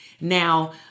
Now